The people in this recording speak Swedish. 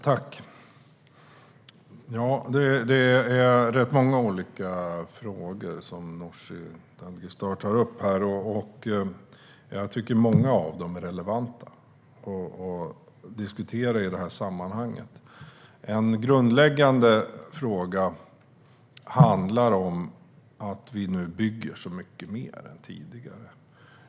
Herr talman! Det är rätt många olika frågor som Nooshi Dadgostar tar upp här, och jag tycker att många av dem är relevanta att diskutera i det här sammanhanget. En grundläggande fråga är att vi nu bygger så mycket mer än tidigare.